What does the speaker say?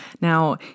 Now